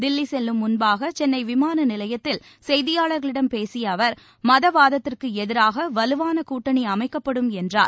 தில்விசெல்லும் முன்பாகசென்னைவிமானநிலையத்தில் செய்தியாளர்களிடம் பேசியஅவர் மதவாதத்திற்குஎதிராகவலுவானகூட்டணிஅமைக்கப்படும் என்றார்